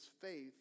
faith